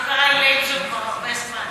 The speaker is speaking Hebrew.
הוא לא קרא לי לייבזון כבר הרבה זמן.